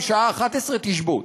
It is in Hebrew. משעה 11:00, תשבות.